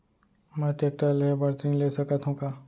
मैं टेकटर लेहे बर ऋण ले सकत हो का?